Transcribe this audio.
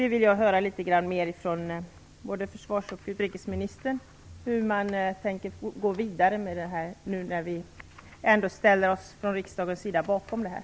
Där vill jag höra litet mera från både försvarsministern och utrikesministern om hur man tänker gå vidare. Riksdagen ställer sig ju ändå bakom detta.